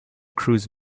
cruise